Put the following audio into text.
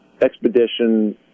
expedition